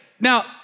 Now